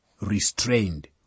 restrained